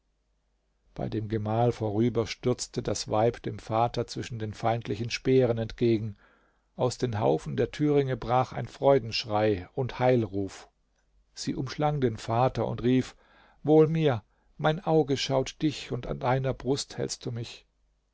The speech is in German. bei dem gemahl vorüber stürzte das weib dem vater zwischen den feindlichen speeren entgegen aus den haufen der thüringe brach ein freudenschrei und heilruf sie umschlang den vater und rief wohl mir mein auge schaut dich und an deiner brust hältst du mich